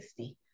60